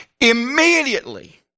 Immediately